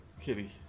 kitty